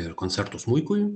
ir koncertų smuikui